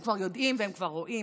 הם כבר יודעים והם כבר רואים,